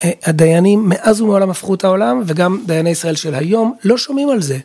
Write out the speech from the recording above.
הדיינים מאז ומעולם הפכו את העולם וגם דייני ישראל של היום לא שומעים על זה.